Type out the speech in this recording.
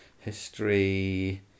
history